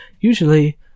Usually